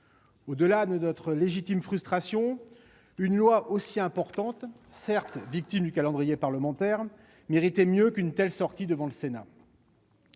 Au-delà de notre légitime frustration, un projet de loi aussi important, certes victime du calendrier parlementaire, méritait mieux qu'un tel sort devant le Sénat.